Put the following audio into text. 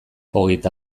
hogeita